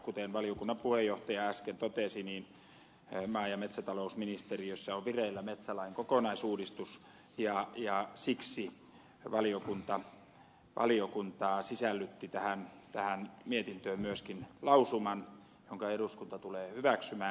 kuten valiokunnan puheenjohtaja äsken totesi maa ja metsätalousministeriössä on vireillä metsälain kokonaisuudistus ja siksi valiokunta sisällytti tähän mietintöön myöskin lausuman jonka eduskunta tulee hyväksymään